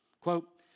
Quote